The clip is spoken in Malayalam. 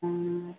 ആ